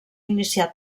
iniciar